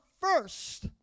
first